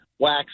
Wax